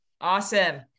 Awesome